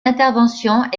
interventions